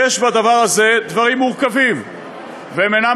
יש בדבר הזה דברים מורכבים והם אינם